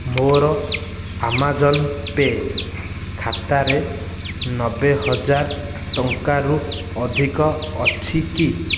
ମୋର Amazon Pay ଖାତାରେ ନବେ ହଜାର ଟଙ୍କାରୁ ଅଧିକ ଅଛି କି